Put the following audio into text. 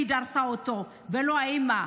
היא שדרסה אותו ולא האימא,